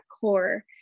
core